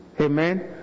amen